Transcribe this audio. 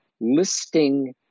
listing